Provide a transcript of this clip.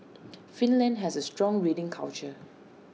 Finland has A strong reading culture